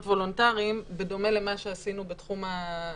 וולונטריים בדומה למה שעשינו בתחום האפוטרופסות.